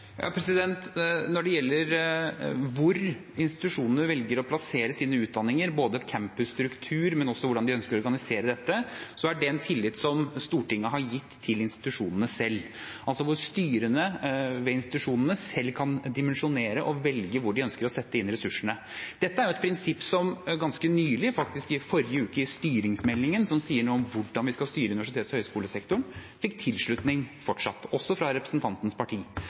Når det gjelder hvor institusjonene velger å plassere sine utdanninger, både campusstruktur og også hvordan de ønsker å organisere dette, er det en tillit som Stortinget har gitt til institusjonene selv – styrene ved institusjonene kan selv dimensjonere og velge hvor de ønsker å sette inn ressursene. Dette er et prinsipp som ganske nylig – faktisk i forrige uke i forbindelse med styringsmeldingen, som sier noe om hvordan vi skal styre universitets- og høyskolesektoren – fikk tilslutning fortsatt, også fra representantens parti.